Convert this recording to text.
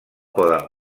poden